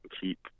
keep